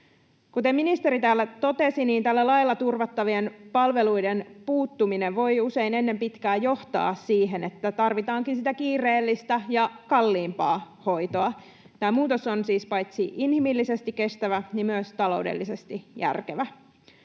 Kuten ministeri täällä totesi, tällä lailla turvattavien palveluiden puuttuminen voi usein ennen pitkää johtaa siihen, että tarvitaankin sitä kiireellistä ja kalliimpaa hoitoa. Tämä muutos on siis paitsi inhimillisesti kestävä myös taloudellisesti järkevä.